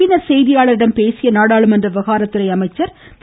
பின்னர் செய்தியாளர்களிடம் பேசிய நாடாளுமன்ற விவகாரத்துறை அமைச்சர் திரு